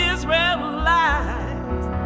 Israelites